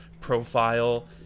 profile